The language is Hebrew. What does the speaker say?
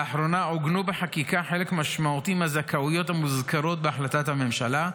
לאחרונה עוגנו בחקיקה חלק משמעותי מהזכאויות המוזכרות בהחלטת הממשלה,